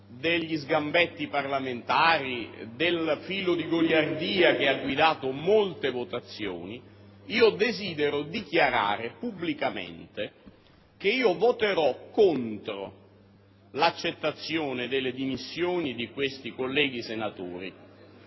degli sgambetti parlamentari e del filo di goliardia che ha guidato molte votazioni, desidero dichiarare pubblicamente che voterò contro le dimissioni di questi colleghi senatori,